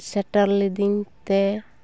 ᱥᱮᱴᱮᱨ ᱞᱤᱫᱤᱧ ᱛᱮ